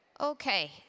Okay